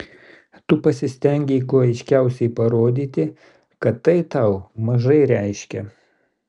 tu pasistengei kuo aiškiausiai parodyti kad tai tau mažai reiškia